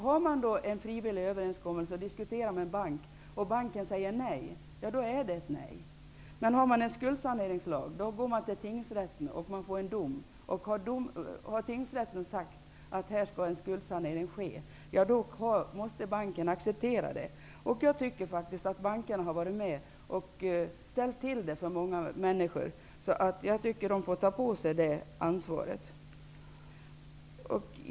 Om man har en frivillig överenskommelse och diskuterar med en bank som säger nej, så är det nej. Med en skuldsaneringslag kan man gå till tingsrätten och få en dom. Om tingsrätten har sagt att skuldsanering skall ske, måste banken acceptera det. Jag tycker faktiskt att bankerna har varit med och ställt till det för många människor. Jag tycker därför att bankerna skall få ta på sig det ansvaret.